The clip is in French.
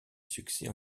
succès